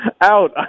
Out